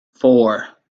four